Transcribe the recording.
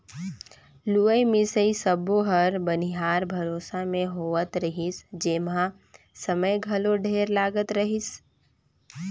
लुवई मिंसई सब्बो हर बनिहार भरोसा मे होवत रिहिस जेम्हा समय घलो ढेरे लागत रहीस